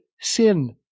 sin